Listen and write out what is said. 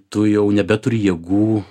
tu jau nebeturi jėgų